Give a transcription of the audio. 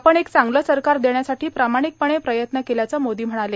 आपण एक चांगलं सरकार देण्यासाठी प्रामाणिकपणं काम केल्याचं मोदी म्हणाले